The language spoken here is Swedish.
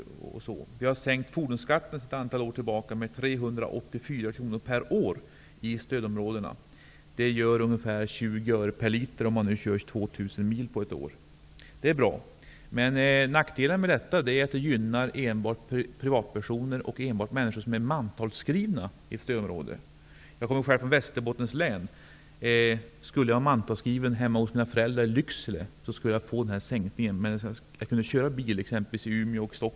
Fordonskatten sänktes för ett antal år sedan med 384 kr per år i stödområdena. Det innebär ungefär 20 öre per liter om man kör 2 000 mil under ett år. Det är bra. Men nackdelen med detta är att det gynnar enbart privatpersoner och enbart människor som är mantalskrivna i ett stödområde. Jag kommer själv från Västerbottens län. Om jag skulle vara mantalskriven hemma hos mina föräldrar i Lycksele skulle jag få denna sänkning, oavsett om jag kör bil i Umeå, Stockholm eller någon annanstans i landet.